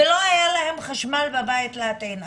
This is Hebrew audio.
ולא היה להם חשמל בבית להטעין.